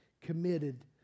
committed